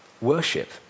worship